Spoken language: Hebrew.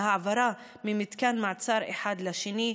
בהעברה ממתקן מעצר אחד לשני,